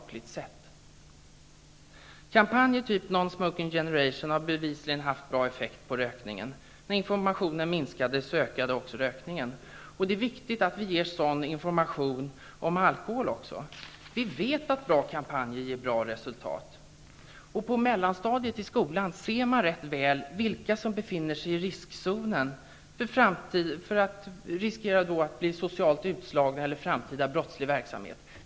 Kampanjer av typen Non Smoking Generation har bevisligen haft bra effekt på rökningen. När informationen minskade, ökade rökningen. Det är viktigt att vi ger sådan information om alkohol också. Vi vet att bra kampanjer ger bra resultat. På mellanstadiet i skolan ser man rätt väl vilka som befinner sig i riskzonen för att i framtiden bli socialt utslagna eller hamna i brottslig verksamhet.